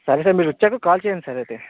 సరే సార్ మీరు వచ్చాక కాల్ చేయండి సార్ అయితే